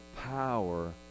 power